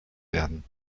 werden